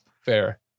fair